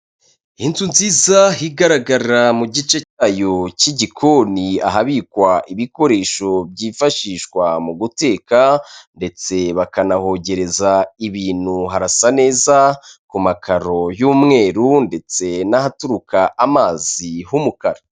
Inzu nziza igaragara mu gice cyayo cy'igikoni ahabikwa ibikoresho byifashishwa mu guteka ndetse bakanahogereza ibintu, harasa neza, ku makaro y'umweru ndetse n'ahaturuka amazi h'umukara.